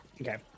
Okay